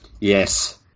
Yes